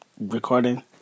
recording